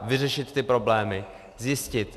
Vyřešit ty problémy, zjistit.